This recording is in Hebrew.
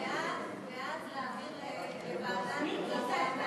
בעד זה להעביר לוועדת הכנסת?